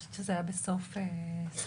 אני חושבת שזה היה בסוף 2020